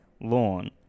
lawn